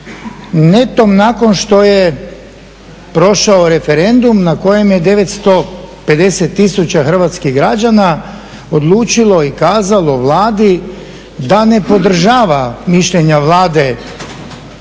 netom nakon što je prošao referendum na kojem je 950000 hrvatskih građana odlučilo i kazalo Vladi da ne podržava mišljenja Vlade po